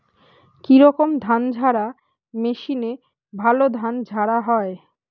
কি রকম ধানঝাড়া মেশিনে ভালো ধান ঝাড়া হয়?